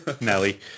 Nelly